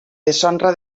deshonra